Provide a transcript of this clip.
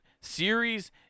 series